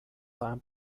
time